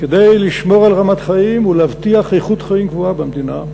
כדי לשמור על רמת חיים ולהבטיח איכות חיים גבוהה במדינה,